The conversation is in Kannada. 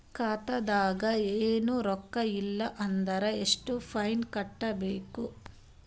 ಖಾತಾದಾಗ ಏನು ರೊಕ್ಕ ಇಲ್ಲ ಅಂದರ ಎಷ್ಟ ಫೈನ್ ಕಟ್ಟಬೇಕು?